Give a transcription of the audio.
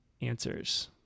answers